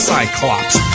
Cyclops